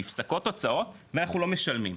נפסקות הוצאות ואנחנו לא משלמים,